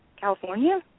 California